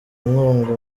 inkunga